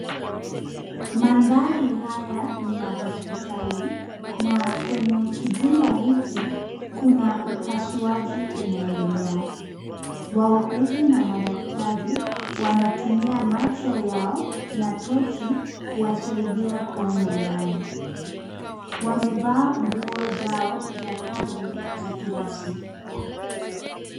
Mandhari haya ni ya hospitali na kwenye kijumba hiki, kuna upasuaji unaendelea. Wauguzi na madaktari, wanatumia macho yao na tochi kuwasaidia kuona ndani. Wamevaa nguo zao za kazi, za kirasmi.